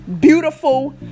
beautiful